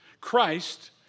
Christ